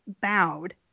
bowed